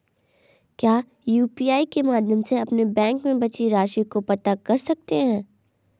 क्या यू.पी.आई के माध्यम से अपने बैंक में बची राशि को पता कर सकते हैं?